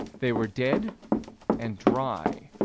they were dead and dry.